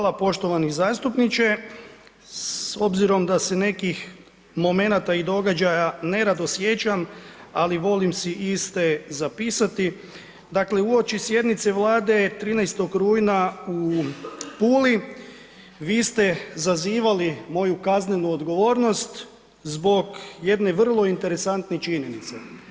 Hvala poštovani zastupniče, s obzirom da se nekih momenata i događaja nerado sjećam, ali volim si iste zapisati, dakle uopći sjednice Vlade 13. rujna u Puli, vi ste zazivali moju kaznenu odgovornost zbog jedne vrlo interesantne činjenice.